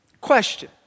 Question